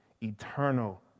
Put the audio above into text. eternal